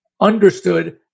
understood